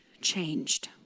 changed